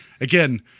again